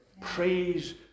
Praise